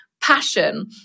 passion